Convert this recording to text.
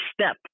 step